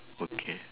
okay